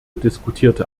diskutierte